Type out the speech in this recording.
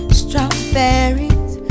strawberries